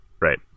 Right